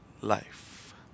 life